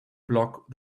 block